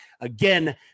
again